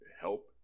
help